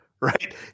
right